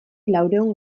laurehun